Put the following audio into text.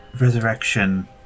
Resurrection